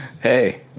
Hey